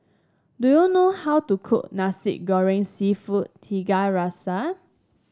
do you know how to cook Nasi Goreng seafood Tiga Rasa